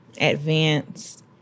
advanced